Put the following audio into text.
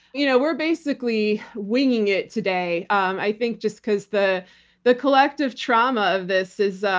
you know we're basically winging it today. um i think just because the the collective trauma of this is.